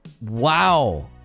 wow